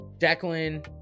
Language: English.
Jacqueline